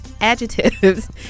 adjectives